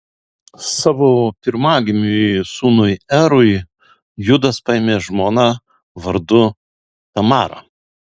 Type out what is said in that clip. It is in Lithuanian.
savo pirmagimiui sūnui erui judas paėmė žmoną vardu tamara